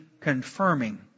confirming